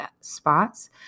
spots